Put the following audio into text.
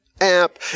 App